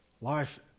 Life